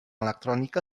electrònica